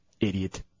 Idiot